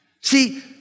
See